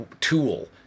tool